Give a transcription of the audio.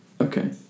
Okay